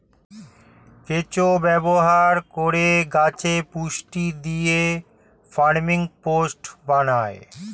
কেঁচো ব্যবহার করে গাছে পুষ্টি দিয়ে ভার্মিকম্পোস্ট বানায়